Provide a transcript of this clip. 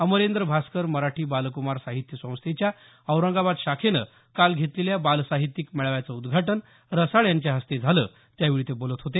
अमरेंद्र भास्कर मराठी बालकुमार साहित्य संस्थेच्या औरंगाबाद शाखेनं काल घेतलेल्या बालसाहित्यिक मेळाव्याचं उद्घाटन रसाळ यांच्या हस्ते झालं त्यावेळी ते बोलत होते